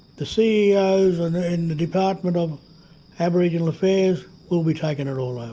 the ceos and and the department of aboriginal affairs will be taking it all